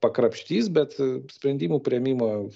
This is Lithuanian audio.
pakrapštys bet sprendimų priėmimo